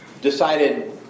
decided